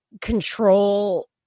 Control